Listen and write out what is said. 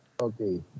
Okay